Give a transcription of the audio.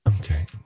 Okay